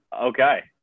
okay